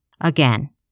Again